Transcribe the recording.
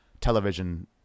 television